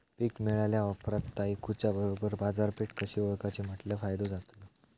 पीक मिळाल्या ऑप्रात ता इकुच्या बरोबर बाजारपेठ कशी ओळखाची म्हटल्या फायदो जातलो?